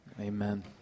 Amen